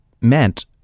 meant